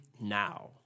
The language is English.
now